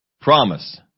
Promise